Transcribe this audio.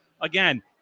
Again